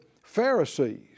Pharisees